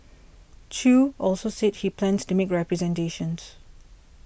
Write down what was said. Chew also said he plans to make representations